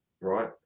right